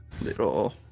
little